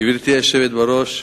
גברתי היושבת בראש,